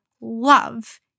love